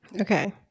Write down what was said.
Okay